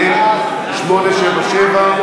מ/877.